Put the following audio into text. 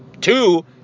Two